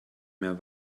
mehr